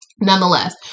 Nonetheless